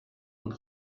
und